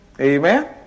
Amen